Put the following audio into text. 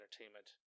Entertainment